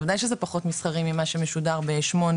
בוודאי שזה פחות מסחרי ממה שמשודר בשמונה